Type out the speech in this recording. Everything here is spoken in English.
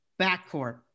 backcourt